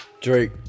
Drake